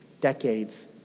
decades